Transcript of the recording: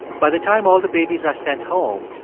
by the time all the babies are sent home,